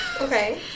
Okay